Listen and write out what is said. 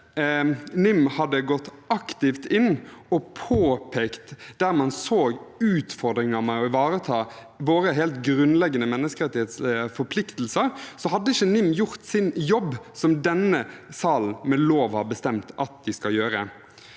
NIM hadde gått aktivt inn og påpekt der man så utfordringer med å ivareta våre helt grunnleggende menneskerettighetsforpliktelser, hadde ikke NIM gjort sin jobb, som denne salen med lov har bestemt at de skal gjøre.